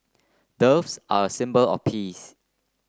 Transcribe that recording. doves are a symbol of peace